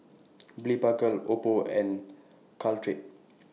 Blephagel Oppo and Caltrate